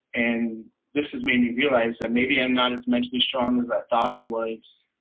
and this has made me realize that maybe i'm not as mentally strong as i thought i was.